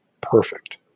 perfect